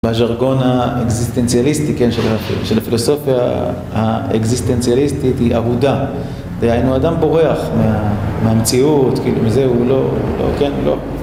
בז'רגון האקזיסטנציאליסטי, כן, של הפילוסופיה האקזיסטנציאליסטית היא אהודה. דהיינו אדם בורח מהמציאות, כאילו מזה הוא לא, כן, לא.